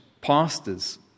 pastors